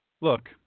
Look